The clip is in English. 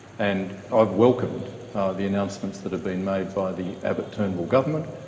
and i've welcomed the announcements that have been made by the abbott-turnbull government,